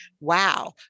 wow